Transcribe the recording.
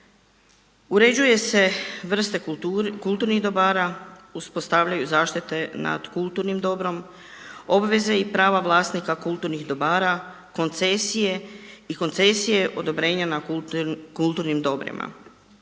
uređuju se vrste kulturnih dobara, uspostavljaju zaštite nad kulturnim dobrom, obveze i prava vlasnika kulturnih dobara, koncesije i koncesije odobrenja na kulturnim dobrima,